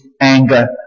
anger